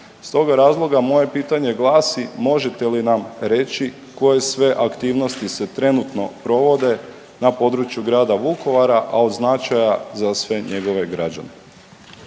Iz toga razloga, moje pitanje glasi, možete li nam reći koje sve aktivnosti se trenutno provode na području grada Vukovara, a od značaja za sve njegove građane?